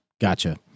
Gotcha